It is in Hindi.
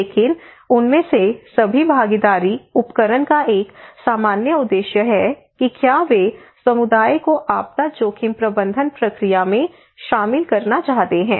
लेकिन उनमें से सभी भागीदारी उपकरण का एक सामान्य उद्देश्य है कि क्या वे समुदाय को आपदा जोखिम प्रबंधन प्रक्रिया में शामिल करना चाहते हैं